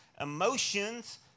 emotions